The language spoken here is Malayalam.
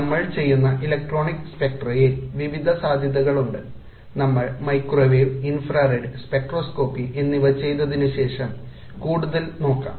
നമ്മൾ ചെയ്യുന്ന ഇലക്ട്രോണിക് സ്പെക്ട്രയിൽ വിവിധ സാധ്യതകളുണ്ട് നമ്മൾ മൈക്രോവേവ് ഇൻഫ്രാറെഡ് സ്പെക്ട്രോസ്കോപ്പി എന്നിവ ചെയ്തതിനുശേഷം കൂടുതൽ നോക്കാം